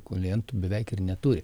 klientų beveik ir neturi